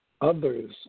others